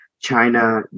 china